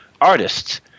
artists